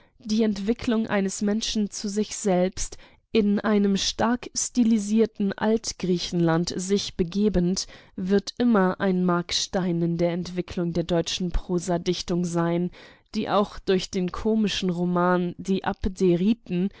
die entwicklung eines menschen zu sich selbst in einem stark stilisierten altgriechenland sich begebend wird immer ein markstein in der entwicklung der deutschen prosadichtung sein die auch durch den komischen roman die